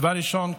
דבר ראשון,